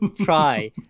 try